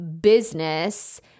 business